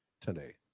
today